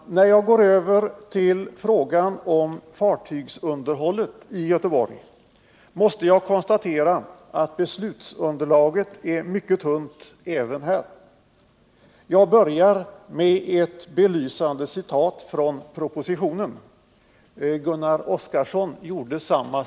När jag går över till frågan om fartygsunderhållet i Göteborg, måste jag konstatera att beslutsunderlaget är mycket tunt även här. Jag börjar med ett belysande citat ur propositionen. Gunnar Oskarson citerade detsamma.